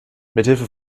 mithilfe